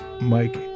Mike